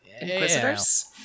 Inquisitors